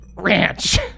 ranch